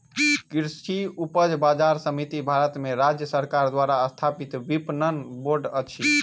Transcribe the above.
कृषि उपज बजार समिति भारत में राज्य सरकार द्वारा स्थापित विपणन बोर्ड अछि